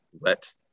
let